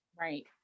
Right